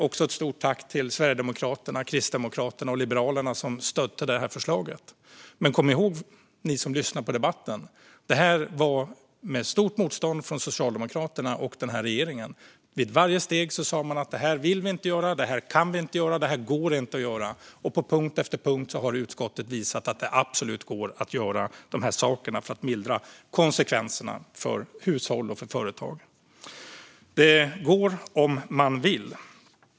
Också ett stort tack till Sverigedemokraterna, Kristdemokraterna och Liberalerna, som stödde förslaget! Men kom ihåg, ni som lyssnar på debatten, att detta skedde med stort motstånd från Socialdemokraterna och regeringen. Vid varje steg sa man: Det här vill vi inte göra, det här kan vi inte göra, det här går inte att göra. Och på punkt efter punkt har utskottet visat att det absolut går att göra dessa saker för att mildra konsekvenserna för hushåll och företag. Det går om man vill.